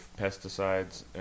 pesticides